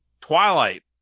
Twilight